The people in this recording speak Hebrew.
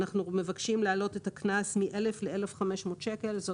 אנחנו מבקשים להעלות את הקנס מ-1,000 שקלים ל-1,500 שקלים.